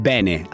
Bene